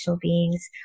beings